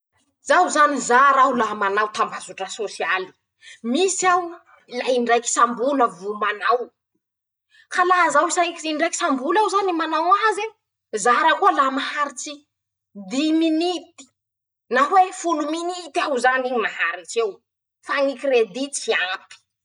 Zaho zany, zara aho laha manao tambazotra sôsialy, misy aho la in-draiky isam-bola vo manao, ka la zaho isaiky in-draiky isam-bol'eo zany manao azye, zara koa la maharitsy diminity na hoe folo minity aho zany maharitr'eo, fa ñy kiredy tsy ampy.